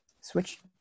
switch